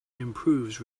improves